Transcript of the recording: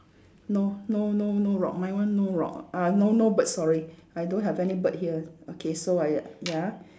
no no no no rock my one no rock uh no no bird sorry I don't have any bird here okay so I ya